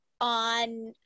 on